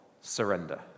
Surrender